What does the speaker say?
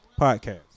Podcast